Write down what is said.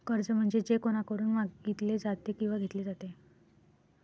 कर्ज म्हणजे जे कोणाकडून मागितले जाते किंवा घेतले जाते